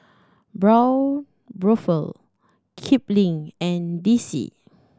Braun Buffel Kipling and D C